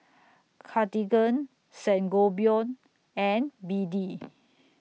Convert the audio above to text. Cartigain Sangobion and B D